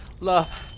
Love